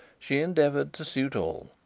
she endeavoured to suit all.